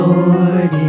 Lord